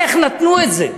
איך נתנו את זה?